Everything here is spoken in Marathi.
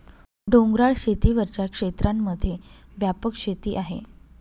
डोंगराळ शेती वरच्या क्षेत्रांमध्ये व्यापक शेती आहे